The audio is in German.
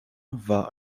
war